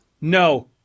No